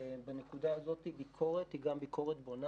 ובנקודה הזאת ביקורת היא גם ביקורת בונה